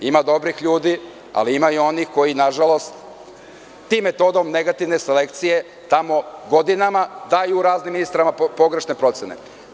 Ima dobrih ljudi, ali ima i onih koji nažalost tom metodom negativne selekcije tamo godinama daju raznim ministrima pogrešne procene.